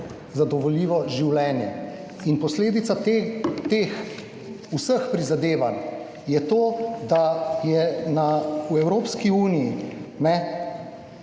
zadovoljivo življenje. Posledica vseh teh prizadevanj je to, da je v Evropski uniji